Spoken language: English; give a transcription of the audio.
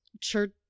Church